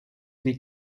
niet